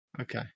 Okay